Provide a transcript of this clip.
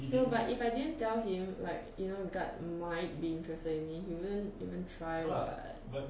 no but if I didn't tell him like you know guard might be interested in me he wouldn't even try [what]